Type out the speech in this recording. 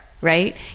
right